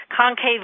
concave